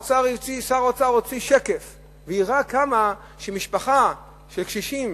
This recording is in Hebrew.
שר האוצר הוציא שקף והראה כמה משפחה של קשישים,